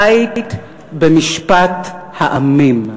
בית במשפט העמים.